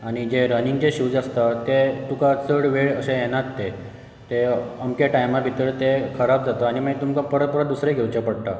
आनी जे रनींग जे शूज आसता ते तुका चड वेळ अशे येना ते ते अमके टायमा भितर ते कराब जातात आनी मागीर तुमकां परत परत दुसरे घेवचे पडटा